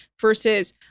versus